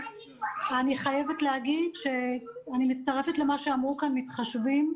אני חייבת להגיד שאני מצטרפת למה שאמרו כאן "מתחשבים"